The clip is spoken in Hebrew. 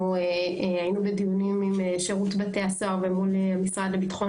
היינו בדיונים עם שירות בתי הסוהר ומול המשרד לביטחון